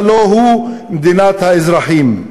הלוא הוא מדינת האזרחים,